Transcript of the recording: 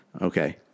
Okay